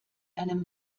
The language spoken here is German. einem